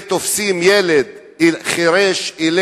ותופסים ילד חירש-אילם,